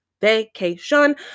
vacation